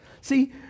See